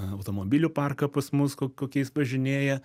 automobilių parką pas mus ko kokiais važinėja